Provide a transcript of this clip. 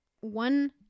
one